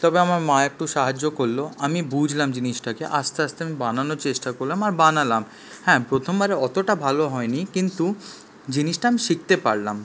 তবে আমার মা একটু সাহায্য করলো আমি বুঝলাম জিনিসটাকে আস্তে আস্তে বানানোর চেষ্টা করলাম আর বানালাম হ্যাঁ প্রথমবার অতটা ভালো হয়নি কিন্তু জিনিসটা আমি শিখতে পারলাম